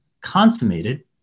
consummated